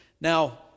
Now